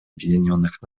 объединенных